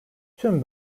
tüm